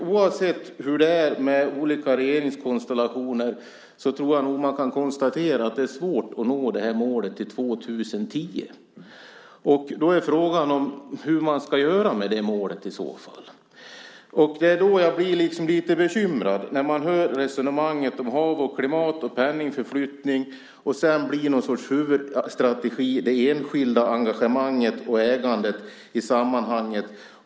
Oavsett hur det är med olika regeringskonstellationer kan man nog konstatera att det är svårt att nå det här målet till 2010. Frågan är hur man ska göra med det målet. Jag blir liksom lite bekymrad när jag hör resonemanget om hav och klimat och penningförflyttning och sedan blir det enskilda engagemanget och ägandet någon sorts huvudstrategi i sammanhanget.